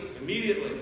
immediately